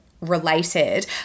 related